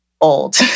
old